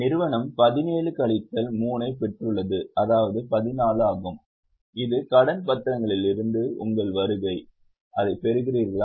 நிறுவனம் 17 கழித்தல் 3 ஐப் பெற்றது அதாவது 14 ஆகும் இது கடன் பத்திரங்களிலிருந்து உங்கள் வருகை அதைப் பெறுகிறீர்களா